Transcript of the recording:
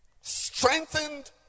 Strengthened